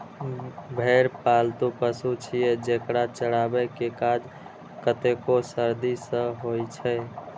भेड़ पालतु पशु छियै, जेकरा चराबै के काज कतेको सदी सं होइ छै